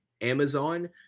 Amazon